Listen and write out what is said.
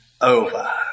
over